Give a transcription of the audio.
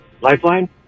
Lifeline